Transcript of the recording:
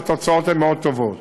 והתוצאות הן מאוד טובות.